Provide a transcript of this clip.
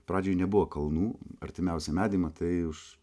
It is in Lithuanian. pradžiai nebuvo kalnų artimiausią medį matai už